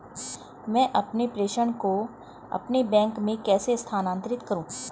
मैं अपने प्रेषण को अपने बैंक में कैसे स्थानांतरित करूँ?